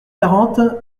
quarante